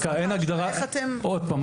איך אתם --- עוד פעם,